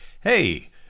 Hey